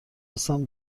هستم